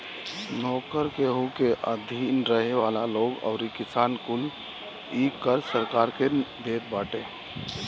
नोकर, केहू के अधीन रहे वाला लोग अउरी किसान कुल इ कर सरकार के देत बाटे